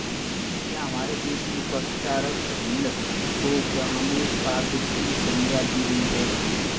क्या हमारे देश में पशुचारक झुंड को ग्रामीण काव्य की संज्ञा दी गई है?